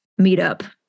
meetup